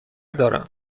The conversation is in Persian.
دارم